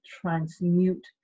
transmute